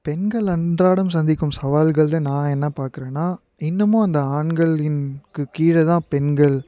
பெண்கள் அன்றாடம் சந்திக்கும் சவால்கள்ல நான் என்ன பார்க்குறேன்னா இன்னமும் அந்த ஆண்களின்க்கு கீழே தான் பெண்கள்